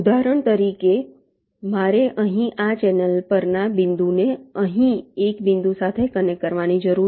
ઉદાહરણ તરીકે મારે અહીં આ ચેનલ પરના બિંદુને અહીં એક બિંદુ સાથે કનેક્ટ કરવાની જરૂર છે